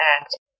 Act